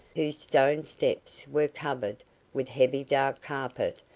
whose stone steps were covered with heavy dark carpet,